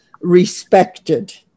respected